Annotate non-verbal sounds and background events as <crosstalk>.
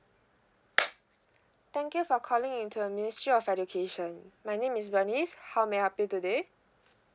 <noise> thank you for calling into the ministry of education my name is bernice how may I help you today